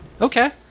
okay